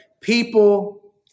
people